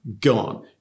gone